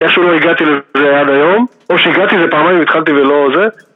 איכשהו לא הגעתי לזה עד היום או שהגעתי לפעמיים התחלתי ולא זה